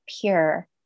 pure